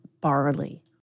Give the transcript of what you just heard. barley